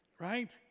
Right